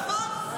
נכון.